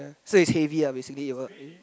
so it's heavy ah basically it work